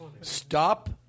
Stop